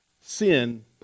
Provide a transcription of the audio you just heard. Sin